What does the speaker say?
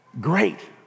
great